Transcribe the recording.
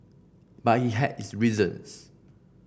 but he had his reasons